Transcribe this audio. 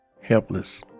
helpless